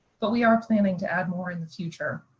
but we are planning to add more in the future.